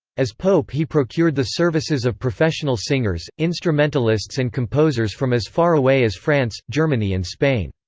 as pope he procured the services of professional singers, instrumentalists and composers from as far away as france, germany and spain.